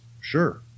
sure